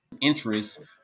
interest